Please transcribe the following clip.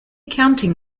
counting